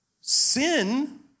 Sin